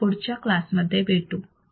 आपण पुढच्या क्लासमध्ये भेटू